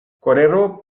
kolero